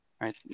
Right